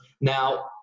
Now